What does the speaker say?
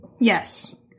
Yes